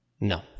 No